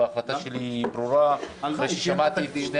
וההחלטה שלי ברורה אחרי ששמעתי את שני